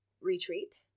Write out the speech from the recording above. retreat